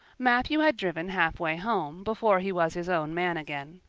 matthew had driven halfway home before he was his own man again.